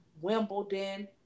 Wimbledon